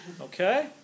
okay